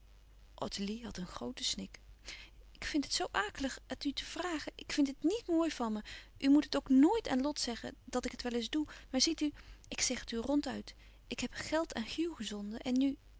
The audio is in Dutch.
ottilie had een grooten snik ik vind het zoo akelig het u te vragen ik vind het nièt mooi van me u moet het ook noit aan lot zeggen dat ik het wel eens doe maar ziet u ik zeg het u ronduit ik heb geld aan hugh gezonden en nu